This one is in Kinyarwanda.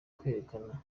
kwerekana